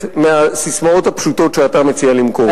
מהססמאות הפשוטות שאתה מציע למכור לו.